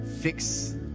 fix